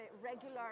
regular